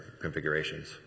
configurations